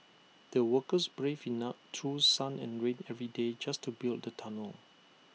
the workers braved through sun and rain every day just to build the tunnel